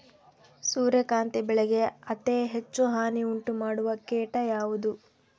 ಸೂರ್ಯಕಾಂತಿ ಬೆಳೆಗೆ ಅತೇ ಹೆಚ್ಚು ಹಾನಿ ಉಂಟು ಮಾಡುವ ಕೇಟ ಯಾವುದು?